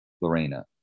Lorena